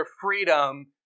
freedom